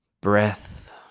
breath